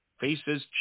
faces